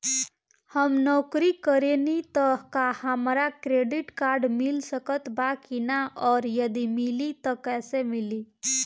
हम नौकरी करेनी त का हमरा क्रेडिट कार्ड मिल सकत बा की न और यदि मिली त कैसे मिली?